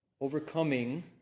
overcoming